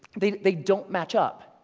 they they don't match up.